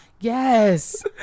yes